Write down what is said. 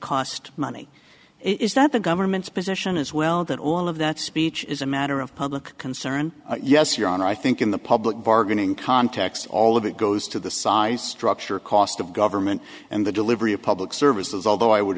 cost money is that the government's position as well that all of that speech is a matter of public concern yes your honor i think in the public bargaining context all of it goes to the size structure cost of government and the delivery of public services although i would